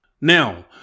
Now